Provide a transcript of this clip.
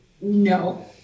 no